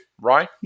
right